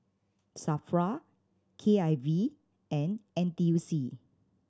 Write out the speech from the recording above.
SAFRA K I V and N T U C